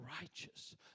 righteous